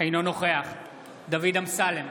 אינו נוכח דוד אמסלם,